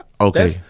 Okay